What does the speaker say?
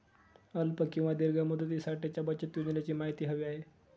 अल्प किंवा दीर्घ मुदतीसाठीच्या बचत योजनेची माहिती हवी आहे